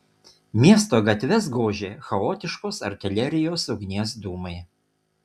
miesto gatves gožė chaotiškos artilerijos ugnies dūmai